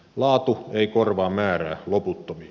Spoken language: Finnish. laatu ei korvaa määrää loputtomiin